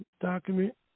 document